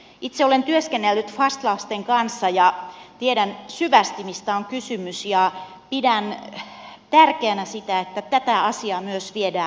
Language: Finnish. itse olen työskennellyt fas lasten kanssa ja tiedän syvästi mistä on kysymys ja pidän tärkeänä sitä että tätä asiaa myös viedään maaliin